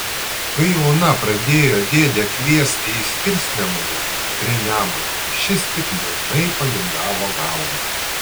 kai ona pradėjo dėdę kviesti į skirsnemunę prie nemuno šis tik liūdnai palingavo galvą